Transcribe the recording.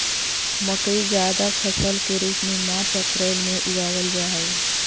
मकई जायद फसल के रूप में मार्च अप्रैल में उगावाल जा हई